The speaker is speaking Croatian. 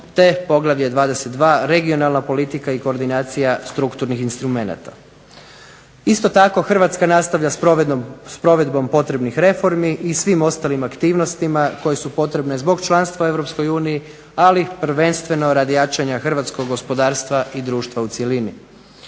te Poglavlje 22.-Regionalna politika i koordinacija strukturnih instrumenata. Isto tako, Hrvatska nastavlja s provedbom potrebnih reformi i svim ostalim aktivnostima koje su potrebne zbog članstva u Europskoj uniji, ali prvenstveno radi jačanja hrvatskog gospodarstva i društva u cjelini.